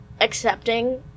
accepting